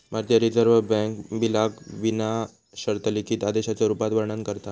भारतीय reserve bank बिलाक विना शर्त लिखित आदेशाच्या रुपात वर्णन करता